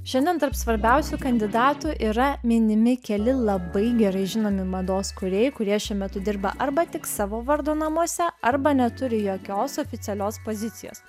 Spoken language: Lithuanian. šiandien tarp svarbiausių kandidatų yra minimi keli labai gerai žinomi mados kūrėjai kurie šiuo metu dirba arba tik savo vardo namuose arba neturi jokios oficialios pozicijos